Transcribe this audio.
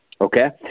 Okay